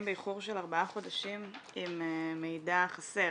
באיחור של ארבעה חודשים עם מידע חסר.